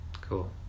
cool